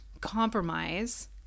compromise